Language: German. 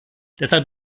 deshalb